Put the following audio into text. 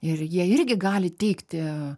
ir jie irgi gali teikti